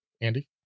Andy